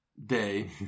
Day